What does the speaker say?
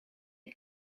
het